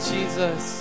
Jesus